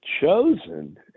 chosen